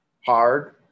hard